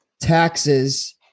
taxes